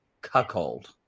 cuckold